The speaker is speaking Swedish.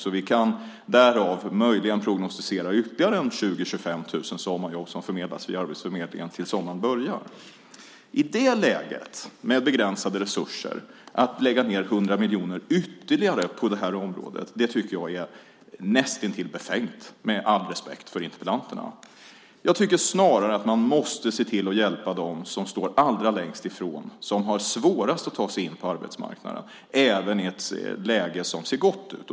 Därav kan vi möjligen prognostisera ytterligare 20 000-25 000 sommarjobb som förmedlas via arbetsförmedlingen tills sommaren börjar. Att i det läget, med begränsade resurser, lägga ned 100 miljoner kronor ytterligare på det här området tycker jag är näst intill befängt med all respekt för mina meddebattörer. Jag tycker snarare att man måste se till att hjälpa dem som står allra längst ifrån, som har svårast att ta sig in på arbetsmarknaden även i ett läge som ser gott ut.